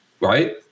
Right